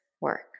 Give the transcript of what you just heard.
work